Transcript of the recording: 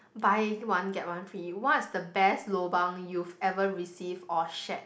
buy one get one free what's the best lobang you've ever received or shared